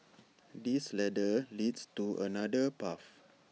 this ladder leads to another path